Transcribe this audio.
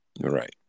Right